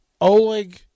Oleg